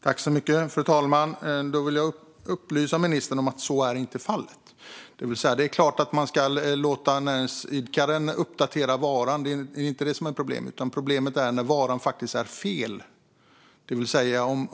Fru talman! Jag vill upplysa ministern om att så inte är fallet. Det är klart att man ska låta näringsidkaren uppdatera varan; det är inte detta som är problemet. Problemet är när varan faktiskt är fel.